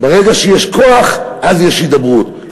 אלא ברגע שיש כוח יש הידברות,